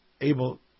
able